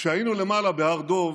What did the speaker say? כשהיינו למעלה בהר דב